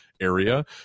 area